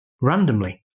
Randomly